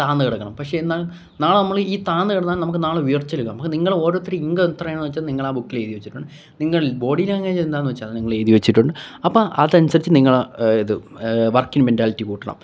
താഴ്ന്നുകിടക്കണം പക്ഷേ എന്നാലും നാളെ നമ്മള് ഈ താഴ്ന്നുകിടന്നാലും നമുക്ക് നാളെ ഉയർച്ചയിലെത്താം പക്ഷെ നിങ്ങളോരോരുത്തരും ഇന്കം എത്രയാണെന്നുവച്ചാല് നിങ്ങളാ ബുക്കിലെഴുതി വെച്ചിട്ടുണ്ട് നിങ്ങളിൽ ബോഡീ ലാങ്വേജെന്താണെന്നു വച്ചാല് അത് നിങ്ങളെഴുതി വച്ചിട്ടുണ്ട് അപ്പോള് അതനുസരിച്ച് നിങ്ങളാ ഇത് വർക്കിങ് മെൻറ്റാലിറ്റി കൂട്ടണം